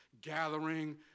gathering